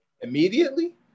immediately